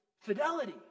fidelity